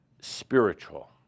spiritual